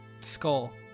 Skull